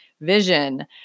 vision